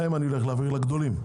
לגדולים.